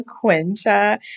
Quinta